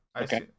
Okay